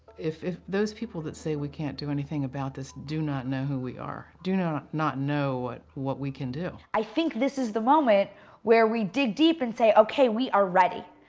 if those those people that say we cannot do anything about this do not know who we are, do not not know what what we can do. i think this is the moment where we dig deep and say okay we are ready.